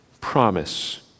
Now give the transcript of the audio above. promise